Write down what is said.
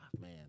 man